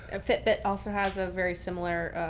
and fitbit also has a very similar,